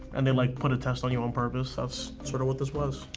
and they like put a test on you on purpose, that's sorta what this was.